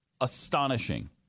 astonishing